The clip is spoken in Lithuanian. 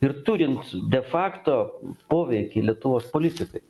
ir turint de fakto poveikį lietuvos politikai